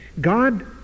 god